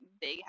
big